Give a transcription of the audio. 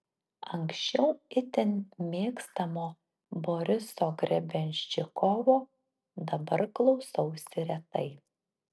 anksčiau itin mėgstamo boriso grebenščikovo dabar klausausi retai